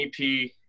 EP